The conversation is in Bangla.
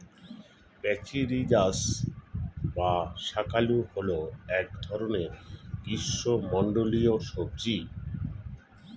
প্যাচিরিজাস বা শাঁকালু হল এক ধরনের গ্রীষ্মমণ্ডলীয় সবজি